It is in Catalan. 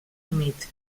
humit